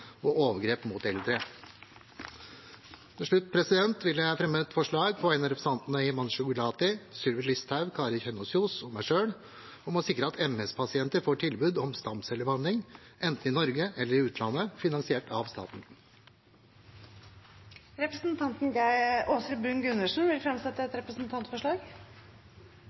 og overgrep mot eldre. Til slutt vil jeg fremme et forslag på vegne av representantene Himanshu Gulati, Sylvi Listhaug, Kari Kjønaas Kjos og meg selv om å sikre at MS-pasienter får tilbud om stamcellebehandling, enten i Norge eller i utlandet, finansiert av staten. Representanten Åshild Bruun-Gundersen vil fremsette et representantforslag. Jeg har gleden av å framsette et representantforslag